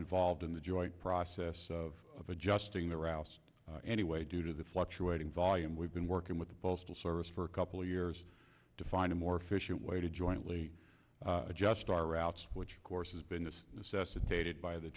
involved in the joint process of adjusting the routes anyway due to the fluctuating volume we've been working with the postal service for a couple of years to find a more efficient way to jointly adjust our routes which of course has been the cessna dated by the